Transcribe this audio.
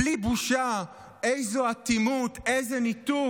בלי בושה, איזו אטימות, איזה ניתוק.